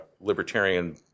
libertarian